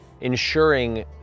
ensuring